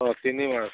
অঁ তিনি মাৰ্চ